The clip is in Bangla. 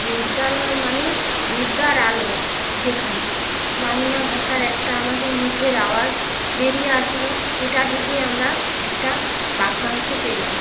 বিদ্যালয় মানে বিদ্যার আলয় যেখানে বাংলা ভাষার একটা আমাদের মুখের আওয়াজ বেরিয়ে আসলো এটা থেকে আমরা একটা বাক্যাংশ পেলাম